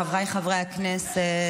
חבריי חברי הכנסת,